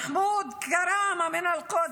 מחמוד קראמה מאל-קודס,